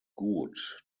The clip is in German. gut